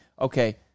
okay